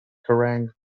kerrang